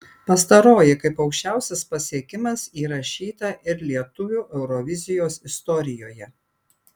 pastaroji kaip aukščiausias pasiekimas įrašyta ir lietuvių eurovizijos istorijoje